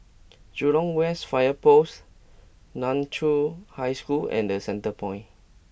Jurong West Fire Post Nan Chiau High School and The Centrepoint